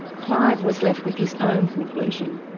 clive was left with his own conclusion.